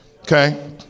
Okay